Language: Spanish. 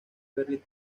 ver